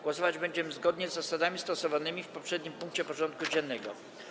Głosować będziemy zgodnie z zasadami stosowanymi w poprzednim punkcie porządku dziennego.